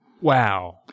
Wow